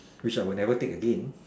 which I will never take again